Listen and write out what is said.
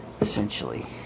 Essentially